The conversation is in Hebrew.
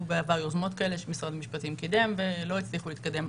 בעבר יוזמות כאלה שמשרד המשפטים קידם ולא הצליחו להתקדם.